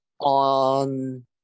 on